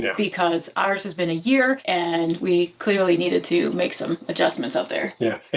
yeah because ours has been a year and we clearly needed to make some adjustments up there. yeah, and